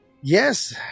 Yes